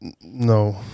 No